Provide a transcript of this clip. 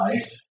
life